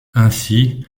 ainsi